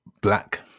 black